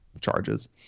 charges